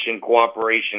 cooperation